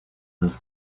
del